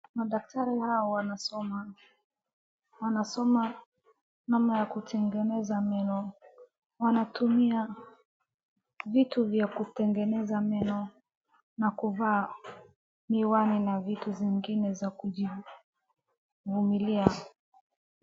Madaktari hawa wanasoma. Wanasoma namna ya kutengeneza meno. Wanatumia vitu vya kutengeneza meno na kuvaa miwani na vitu vingine za kujivumilia.